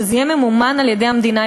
ושזה יהיה ממומן על-ידי המדינה.